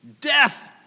death